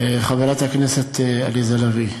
חברת הכנסת עליזה לביא,